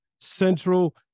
Central